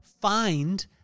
find